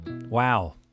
Wow